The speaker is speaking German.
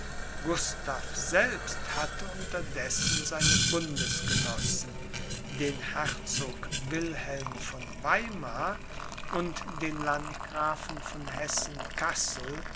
gustav selbst hatte unterdessen seine bundesgenossen den herzog wilhelm von weimar und den landgrafen von hessen kassel